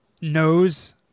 knows